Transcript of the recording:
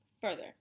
further